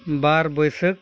ᱵᱟᱨ Baisakh